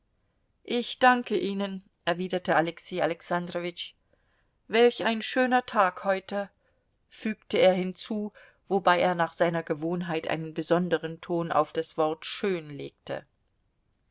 ich danke ihnen erwiderte alexei alexandrowitsch welch ein schöner tag heute fügte er hinzu wobei er nach seiner gewohnheit einen besonderen ton auf das wort schön legte